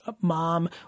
mom